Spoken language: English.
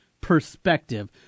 perspective